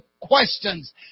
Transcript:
questions